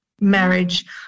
marriage